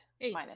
Eight